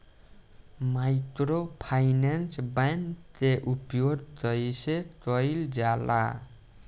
Microfinance bank के उपयोग कइसे कइल जाला?